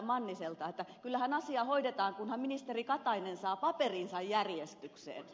manniselta että kyllähän asia hoidetaan kunhan ministeri katainen saa paperinsa järjestykseen